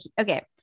okay